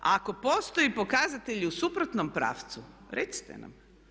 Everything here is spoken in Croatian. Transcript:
Ako postoje pokazatelji u suprotnom pravcu recite nam.